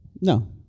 No